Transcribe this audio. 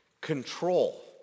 control